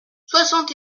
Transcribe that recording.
soixante